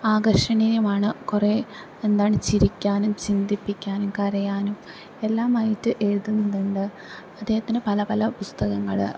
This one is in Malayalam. ആകർഷണീയമാണ് കുറെ എന്താണ് ചിരിക്കാനും ചിന്തിപ്പിക്കാനും കരയാനും എല്ലാമായിട്ട് എഴുതുന്നത് കൊണ്ട് അദ്ദേഹത്തിന് പല പല പുസ്തകങ്ങള്